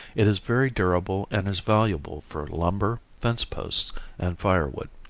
it is very durable and is valuable for lumber, fence posts and firewood.